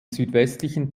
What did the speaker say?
südwestlichen